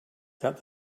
that